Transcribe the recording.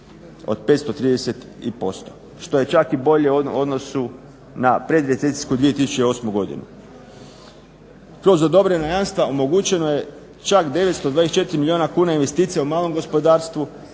od 530% što je čak i bolje u odnosu na predrecesijsku 2008. godinu. Kroz odobrena jamstva omogućeno je čak 924 milijuna kuna investicija u malom gospodarstvu,